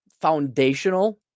foundational